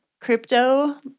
Crypto